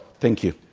thank you.